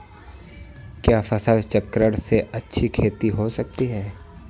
क्या फसल चक्रण से अच्छी खेती हो सकती है?